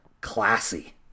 classy